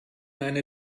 eine